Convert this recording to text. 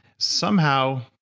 somehow,